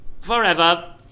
forever